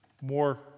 more